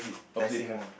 opposite have